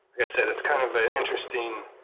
i said, it's kind of an interesting